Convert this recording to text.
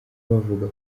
bavuga